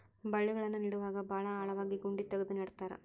ಬಳ್ಳಿಗಳನ್ನ ನೇಡುವಾಗ ಭಾಳ ಆಳವಾಗಿ ಗುಂಡಿ ತಗದು ನೆಡತಾರ